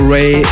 Ray